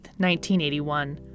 1981